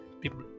people